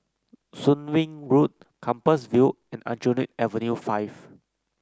Soon Wing Road Compassvale and Aljunied Avenue Five